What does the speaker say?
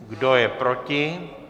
Kdo je proti?